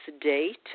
date